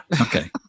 Okay